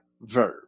verb